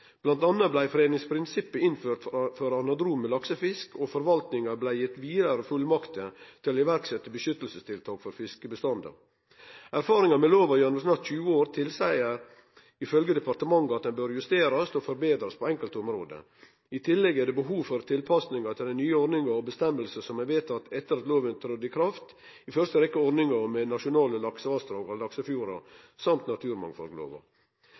anna blei fredingsprinsippet innført for anadrome laksefisk, og forvaltinga blei gitt vidare fullmakter til å iverksetje beskyttelsestiltak for fiskebestandane. Erfaringane med loven gjennom snart 20 år tilseier ifølge departementet at han bør justerast og forbetrast på enkelte område. I tillegg er det behov for tilpassingar til nye ordningar og avgjerder som er vedtekne etter at loven tredde i kraft, i første rekkje ordninga med nasjonale laksevassdrag og laksefjordar